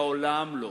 לעולם לא.